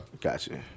Gotcha